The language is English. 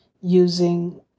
using